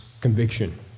conviction